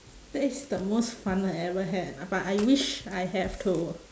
that is the the most fun I ever had ah but I wish I have to